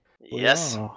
Yes